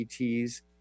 ETs